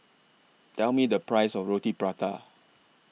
Tell Me The Price of Roti Prata